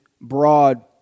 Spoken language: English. broad